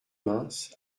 mince